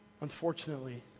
unfortunately